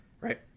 Right